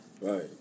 Right